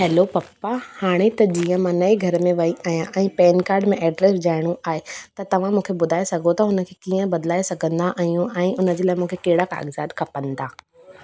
hello पप्पा हाणे त जीअं मां नएं घर में वई आहियां ऐं पैन कार्ड में एड्रेस विझाइणो आहे त तव्हां मूंखे ॿुधाए सघो था हुन खे कीअं बदिलाए सघंदा आहियूं ऐं उन्हनि जे लाइ मूंखे कहिड़ा काग़ज़ात खपंदा